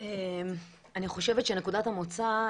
אני חושבת שנקודת המוצא,